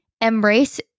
embrace